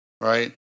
right